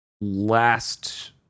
last